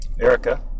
Erica